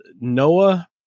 Noah